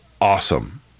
awesome